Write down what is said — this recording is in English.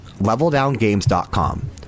leveldowngames.com